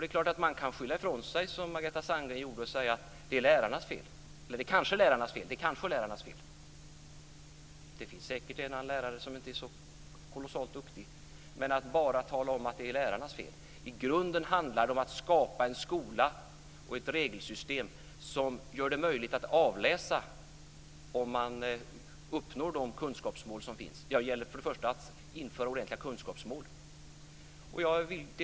Det är klart att man kan skylla ifrån sig som Margareta Sandgren gjorde och säga att det kanske är lärarnas fel. Det finns säkert en och annan lärare som inte är så kolossalt duktig. Men att bara tala om att det är lärarnas fel! I grunden handlar det om att skapa en skola och ett regelsystem som gör det möjligt att avläsa om man uppnår de kunskapsmål som finns. Det gäller för det första att införa ordentliga kunskapsmål.